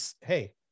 Hey